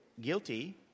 guilty